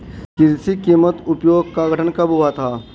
कृषि कीमत आयोग का गठन कब हुआ था?